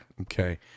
Okay